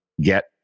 get